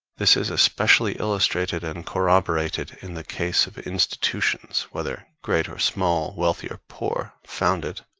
this is especially illustrated and corroborated in the case of institutions whether great or small, wealthy or poor, founded,